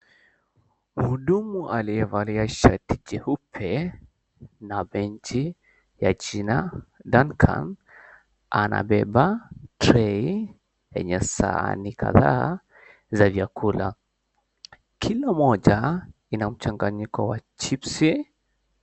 Muhudumu aliyevalia shati jeupe na beji ya jina Dancan anabeba 𝑡𝑟𝑒𝑖 yenye sahani kadhaa za vyakula, kilamoja ina mchanga𝑛yiko wa chipsi.